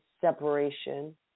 separation